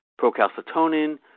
procalcitonin